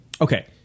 Okay